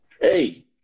hey